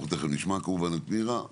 אנחנו תיכף נשמע כמובן את מירה,